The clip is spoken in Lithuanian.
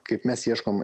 kaip mes ieškom